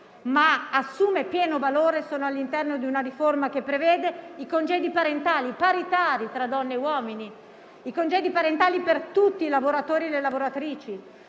ma assume pieno valore solo all'interno di una riforma che prevede i congedi parentali paritari tra donne e uomini, per tutti i lavoratori e le lavoratrici,